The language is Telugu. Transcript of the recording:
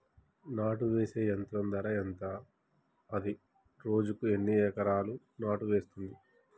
నాటు వేసే యంత్రం ధర ఎంత? అది రోజుకు ఎన్ని ఎకరాలు నాటు వేస్తుంది?